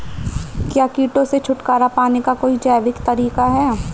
क्या कीटों से छुटकारा पाने का कोई जैविक तरीका है?